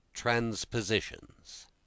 Transpositions